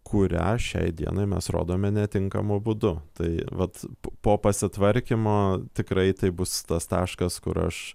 kurią šiai dienai mes rodome netinkamu būdu tai vat po pasitvarkymo tikrai tai bus tas taškas kur aš